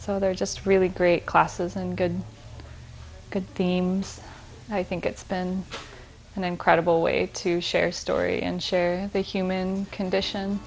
so there are just really great classes and good good themes i think it's been an incredible way to share story and share the human condition